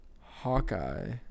Hawkeye